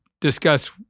discuss